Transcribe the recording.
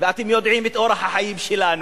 ואתם יודעים את אורח החיים שלנו,